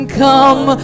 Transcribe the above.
come